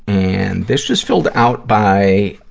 and this was filled out by, ah,